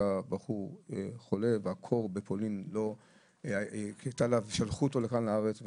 בחור חולה והקור בפולין הקשה עליו ושלחו אותו לכאן לארץ.